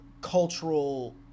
cultural